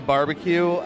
Barbecue